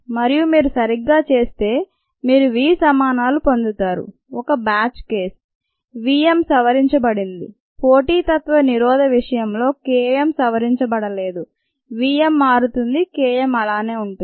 మరియు మీరు సరిగ్గా చేస్తే మీరు v సమానాలు పొందుతారు ఒక బ్యాచ్ కేస్ V m సవరించబడింది పోటీతత్వ నిరోధం విషయంలో K m సవరించబడలేదు V m మారుతుంది K m అలానే ఉంటుంది